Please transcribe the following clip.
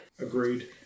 Agreed